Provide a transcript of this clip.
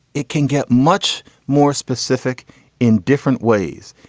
it can get much more specific in different ways.